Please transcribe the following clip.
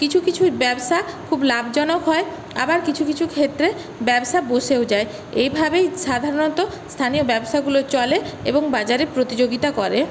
কিছু কিছু ব্যবসা খুব লাভজনক হয় আবার কিছু কিছু ক্ষেত্রে ব্যবসা বসেও যায় এভাবেই সাধারণত স্থানীয় ব্যবসাগুলো চলে এবং বাজারে প্রতিযোগিতা করে